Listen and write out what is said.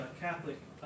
Catholic